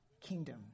kingdom